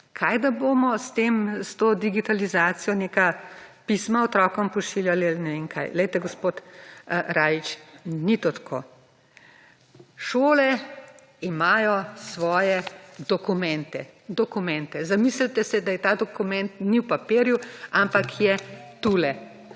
Kaj, da bomo s tem, s to digitalizacijo, neka pisma otrokom pošiljali ali ne vem kaj. Glejte, gospod Rajić, ni to tako. Šole imajo svoje dokumente. Zamislite si, da ta dokument ni v papirju, ampak je tule.